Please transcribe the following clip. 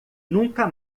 nunca